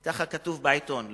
ככה כתוב בעיתון.